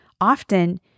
often